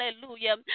hallelujah